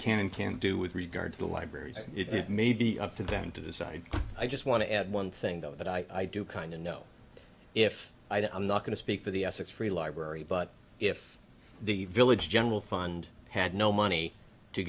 can and can't do with regard to libraries it may be up to them to decide i just want to add one thing though that i do kind of know if i'm not going to speak for the essex free library but if the village general fund had no money to